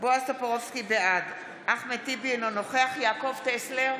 טופורובסקי, בעד אחמד טיבי, אינו נוכח יעקב טסלר,